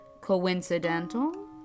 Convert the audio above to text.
Coincidental